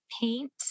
paint